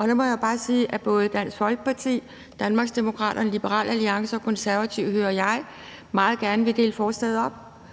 Jeg må bare sige, at både Dansk Folkeparti, Danmarksdemokraterne, Liberal Alliance og Konservative, som jeg hører det, meget gerne vil dele forslaget op.